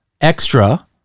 extra